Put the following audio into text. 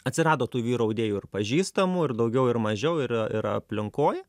atsirado tų vyrų audėjų ir pažįstamų ir daugiau ir mažiau ir ir aplinkoj